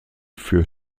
für